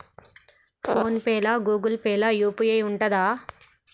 Phone pay లా Google Pay లా UPI ఉంటదా?